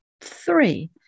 Three